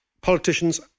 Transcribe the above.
politicians